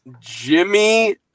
Jimmy